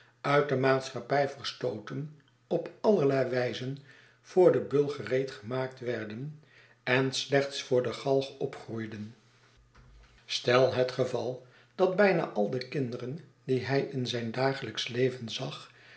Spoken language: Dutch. uit de maatschappij verstooten op allerlei wijzen voor den beul gereedgemaakt werden en slechts voor de galg opgroeiden stel het geval dat bijna al de kinderen die hij in zijn dagelijksch leven zag